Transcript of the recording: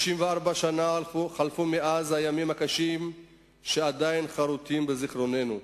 64 שנים חלפו מאז הימים הקשים שעדיין חרותים בזיכרוננו.